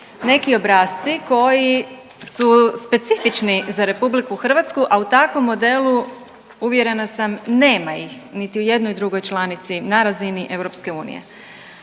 neki obrasci koji su specifični za RH, a u takvom modelu, uvjerena sam, nema ih niti u jednoj drugoj članici na razini EU,